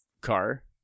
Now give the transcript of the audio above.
car